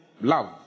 love